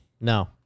No